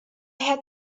had